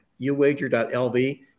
uwager.lv